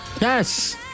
Yes